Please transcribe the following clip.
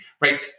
right